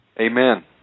Amen